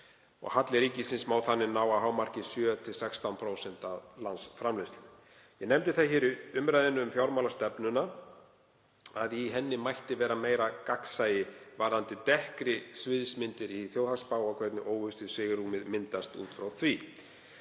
halli ríkisins má þannig ná að hámarki 7–16% af landsframleiðslu. Ég nefndi það í umræðunni um fjármálastefnuna að í henni mætti vera meira gagnsæi varðandi dekkri sviðsmyndir í þjóðhagsspá og hvernig óvissusvigrúmið myndast út frá því.